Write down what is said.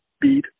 beat